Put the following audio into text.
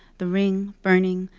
the ring burning.